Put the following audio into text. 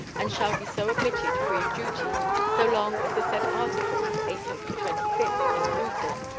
and shall be so admitted free of duty so long as the said articles eighteenth to twenty-fifth, inclusive,